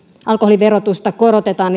alkoholin verotusta korotetaan